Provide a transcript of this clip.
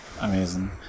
Amazing